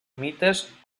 mites